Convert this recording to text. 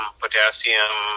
potassium